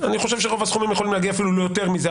אני חושב שרוב הסכומים יכולים להגיע אפילו לא יותר מזה,